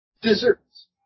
desserts